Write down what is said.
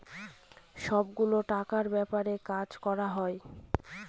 সব গুলো টাকার ব্যাপারে কাজ করা হয়